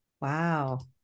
Wow